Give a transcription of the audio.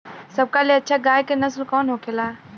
सबका ले अच्छा गाय के नस्ल कवन होखेला?